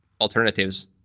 alternatives